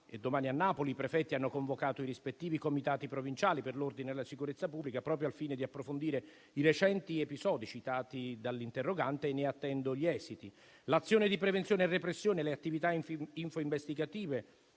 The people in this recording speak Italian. domani a Napoli i prefetti hanno convocato i rispettivi comitati provinciali per l'ordine e la sicurezza pubblica, proprio al fine di approfondire i recenti episodi citati dall'interrogante. Ne attendo gli esiti. L'azione di prevenzione e repressione e le attività info-investigative